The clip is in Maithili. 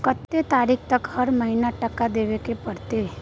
कत्ते तारीख तक हर महीना टका देबै के परतै?